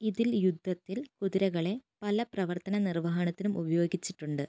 ഇതിൽ യുദ്ധത്തിൽ കുതിരകളെ പല പ്രവർത്തന നിർവഹണത്തിനും ഉപയോഗിച്ചിട്ടുണ്ട്